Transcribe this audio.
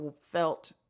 felt